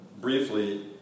briefly